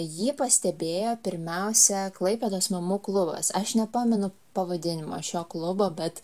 jį pastebėjo pirmiausia klaipėdos mamų klubas aš nepamenu pavadinimo šio klubo bet